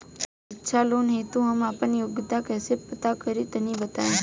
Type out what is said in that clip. शिक्षा लोन हेतु हम आपन योग्यता कइसे पता करि तनि बताई?